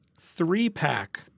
three-pack